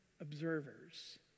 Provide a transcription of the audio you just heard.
observers